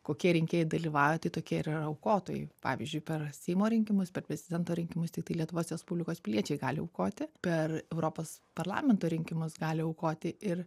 kokie rinkėjai dalyvauja tai tokie ir yra aukotojai pavyzdžiui per seimo rinkimus per prezidento rinkimus tiktai lietuvos respublikos piliečiai gali aukoti per europos parlamento rinkimus gali aukoti ir